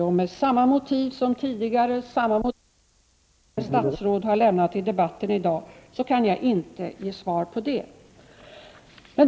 Av de skäl som andra statsråd angivit tidigare i debatten idag kan jag inte ge svar på dem.